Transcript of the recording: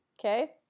Okay